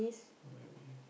maybe